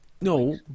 no